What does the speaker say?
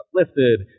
uplifted